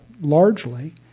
largely